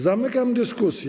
Zamykam dyskusję.